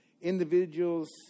Individuals